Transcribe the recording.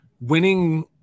winning